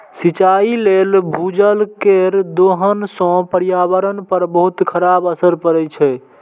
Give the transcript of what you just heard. सिंचाइ लेल भूजल केर दोहन सं पर्यावरण पर बहुत खराब असर पड़ै छै